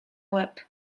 łeb